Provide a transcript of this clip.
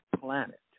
planet